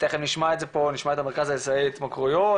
ותיכף נשמע פה את המרכז הישראלי להתמכרויות,